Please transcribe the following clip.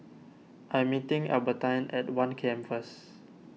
I am meeting Albertine at one K M first